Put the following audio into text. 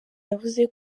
yavuze